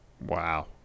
Wow